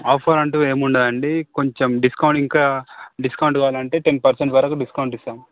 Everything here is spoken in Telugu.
ఆఫర్ అంటూ ఏముండదండీ కొంచెం డిస్కౌంట్ ఇంకా డిస్కౌంట్ కావాలంటే టెన్ పర్సెంట్ వరకూ డిస్కౌంట్ ఇస్తాం